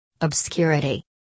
obscurity